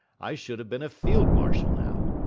i should have been a field-marshal now!